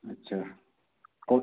अच्छा कौ